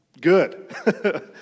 good